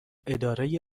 اداره